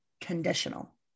conditional